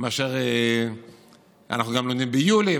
אנחנו לומדים גם ביולי,